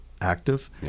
active